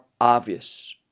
obvious